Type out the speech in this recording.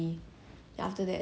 a lot of parents they just